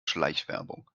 schleichwerbung